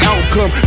Outcome